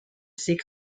seek